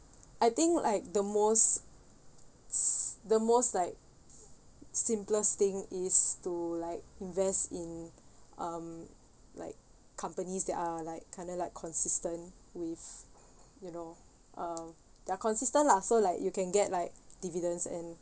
I think like the most s~ the most like simplest thing is to like invest in um like companies that are like kind of like consistent with you know uh they're consistent lah so like you can get like dividends and